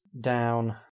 down